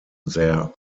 their